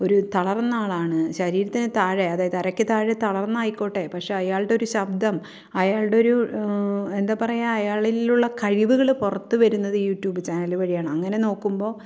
ഒരു തളർന്ന ആളാണ് ശരീരത്തിനു താഴെ അതായത് അരയ്ക്ക് താഴെ തളർന്നായിക്കോട്ടെ പക്ഷേ അയാളുടെയൊരു ശബ്ദം അയാളുടെയൊരു എന്താ പറയുക അയാളിലുള്ള കഴിവുകള് പുറത്ത് വരുന്നത് യൂ ട്യൂബ് ചാനല് വഴിയാണ് അങ്ങനെ നോക്കുമ്പോള്